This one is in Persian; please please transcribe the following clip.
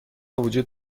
وجود